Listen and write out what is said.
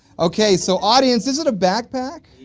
okay so audience is it a backpack?